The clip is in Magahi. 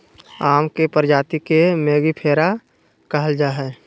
आम के प्रजाति के मेंगीफेरा कहल जाय हइ